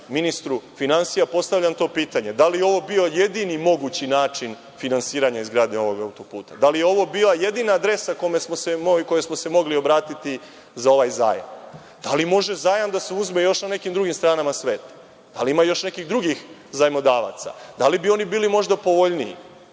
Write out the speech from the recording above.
ministru finansija postavljam to pitanje – da li je ovo bio jedini mogući način finansiranja izgradnje ovog autoputa, da li je ovo bila jedina adresa na koju smo se mogli obratiti za ovaj zajam, da li može zajam da se uzme na nekim drugim stranama sveta, da li ima nekih drugih zajmodavaca, da li bi oni bili možda povoljniji,